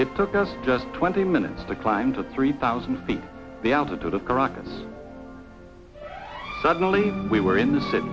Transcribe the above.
it took us just twenty minutes to climb to three thousand feet the altitude of caracas suddenly we were in the city